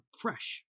fresh